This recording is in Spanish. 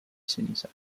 ceniza